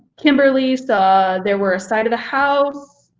kimberly's saw, there were a side of the house.